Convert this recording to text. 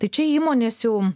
tai čia įmonės jau